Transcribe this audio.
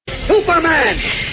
Superman